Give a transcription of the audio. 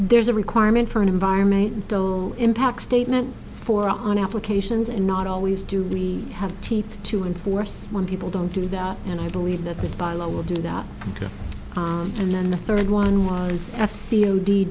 there's a requirement for an environmental impact statement for on applications and not always do we have teeth to in force when people don't do that and i believe that this bylaw will do that and then the third one was f c o d